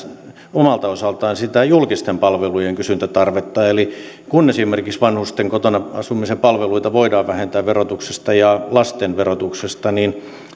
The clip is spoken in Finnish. omalta osaltaan sitä julkisten palvelujen kysyntätarvetta eli kun esimerkiksi vanhusten kotona asumisen palveluita voidaan vähentää verotuksesta ja lasten verotuksesta niin